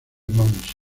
mons